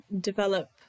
develop